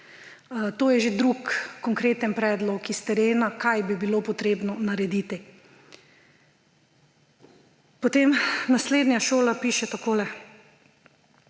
To je že drugi konkreten predlog s terena, kaj bi bilo potrebno narediti. Potem naslednja šola piše takole: